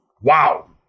Wow